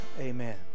Amen